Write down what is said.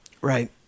right